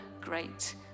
great